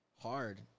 hard